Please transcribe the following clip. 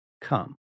come